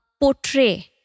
Portray